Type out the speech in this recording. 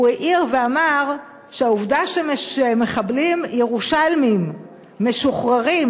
הוא העיר ואמר שהעובדה שמחבלים ירושלמים משוחררים